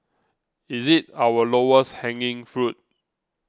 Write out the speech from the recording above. is it our lowest hanging fruit